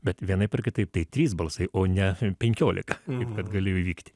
bet vienaip ar kitaip tai trys balsai o ne penkiolika kaip kad galėjo įvykti